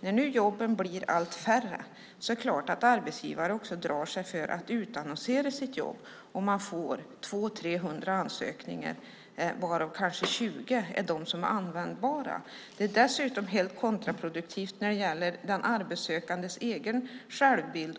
När jobben nu blir allt färre drar sig naturligtvis arbetsgivarna för att utannonsera sina jobb; det kan handla om uppåt 300 ansökningar varav kanske 20 är användbara. Dessutom är det kontraproduktivt när det gäller den arbetssökandes självbild